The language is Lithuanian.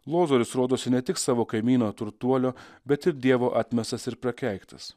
lozorius rodosi ne tik savo kaimyno turtuolio bet ir dievo atmestas ir prakeiktas